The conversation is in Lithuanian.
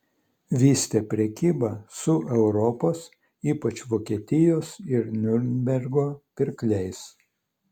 vystė prekybą su europos ypač vokietijos ir niurnbergo pirkliais